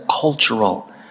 cultural